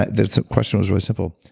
the question was really simple.